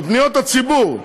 בפניות הציבור.